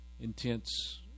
intense